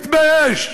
תתבייש.